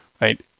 right